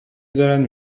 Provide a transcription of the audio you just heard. زارن